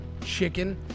chicken